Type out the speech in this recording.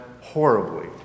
horribly